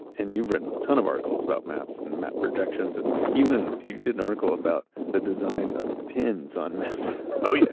and you've written a ton of articles about maps and map projections. and even you did an article about the design of pins on maps oh, yeah